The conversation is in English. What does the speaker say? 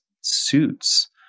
suits